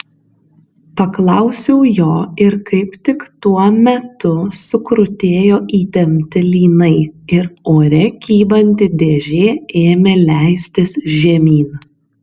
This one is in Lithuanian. paklausiau jo ir kaip tik tuo metu sukrutėjo įtempti lynai ir ore kybanti dėžė ėmė leistis žemyn